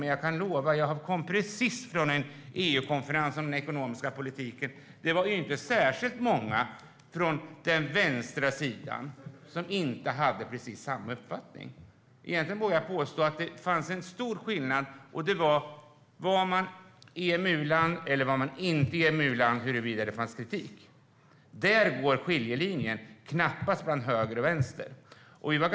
Men jag kommer precis från en EU-konferens om den ekonomiska politiken, och det var inte särskilt många från den vänstra sidan som inte hade precis samma uppfattning. Egentligen vågar jag påstå att den stora skillnaden i huruvida det fanns kritik eller inte gällde om man var ett EMU-land eller inte var ett EMU-land. Där går skiljelinjen - knappast mellan höger och vänster.